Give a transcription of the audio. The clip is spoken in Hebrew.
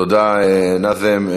תודה, נאזם.